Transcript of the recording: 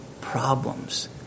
problems